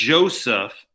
Joseph